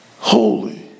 Holy